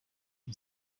and